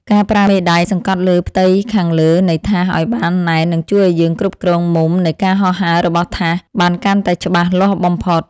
ការប្រើមេដៃសង្កត់លើផ្ទៃខាងលើនៃថាសឱ្យបានណែននឹងជួយឱ្យយើងគ្រប់គ្រងមុំនៃការហោះហើររបស់ថាសបានកាន់តែច្បាស់លាស់បំផុត។